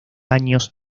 años